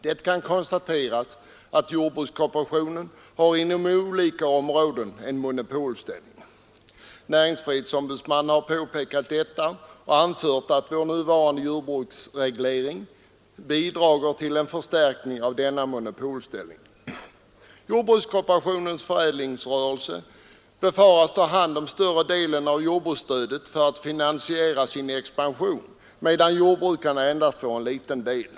Det kan konstateras att jordbrukskooperationen inom olika områden har en monopolställning. Näringsfrihetsombudsmannen har påpekat detta och anfört att vår nuvarande jordbruksreglering bidrar till en förstärkning av denna monopolställning. Jordbrukskooperationens förädlingsrörelse befaras ta hand om större delen av jordbruksstödet för att finansiera sin expansion, medan jordbrukarna endast får en liten del.